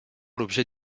l’objet